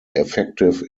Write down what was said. effective